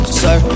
sir